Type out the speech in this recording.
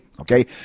Okay